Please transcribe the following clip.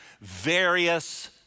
various